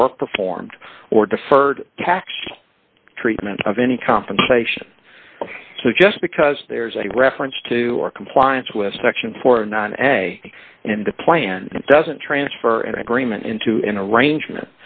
work performed or deferred tax treatment of any compensation so just because there is a reference to compliance with section four not a and a plan doesn't transfer in agreement into an arrangement